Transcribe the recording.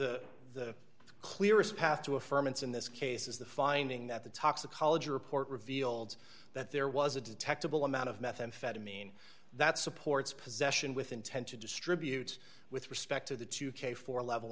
the the clearest path to affirm its in this case is the finding that the toxicology report reveals that there was a detectable amount of methamphetamine that supports possession with intent to distribute with respect to the two k four level